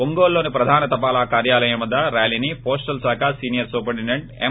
ఒంగోలులోని ప్రధాన తపాల కార్యాలయం వద్ద ర్యాలీని పోస్టల్ శాఖ సీనియర్ సూపరింటెండెంట్ ఎం